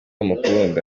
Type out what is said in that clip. amukunda